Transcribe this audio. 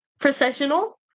processional